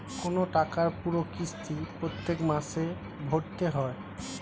কোন টাকার পুরো কিস্তি প্রত্যেক মাসে ভরতে হয়